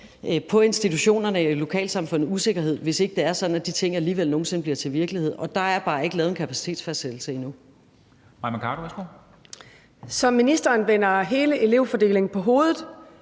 på institutionerne og i lokalsamfundet, hvis det alligevel ikke er sådan, at de tal nogen sinde bliver til virkelighed. Og der er bare ikke lavet en kapacitetsfastsættelse endnu.